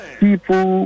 people